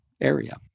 area